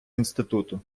інституту